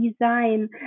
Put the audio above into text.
design